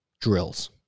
drills